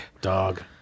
Dog